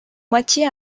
moitié